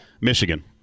Michigan